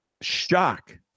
shock